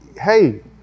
hey